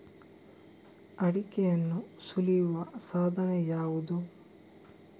ಅಡಿಕೆಯನ್ನು ಸುಲಿಯುವ ಸಾಧನ ಯಾವುದು?